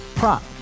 Prop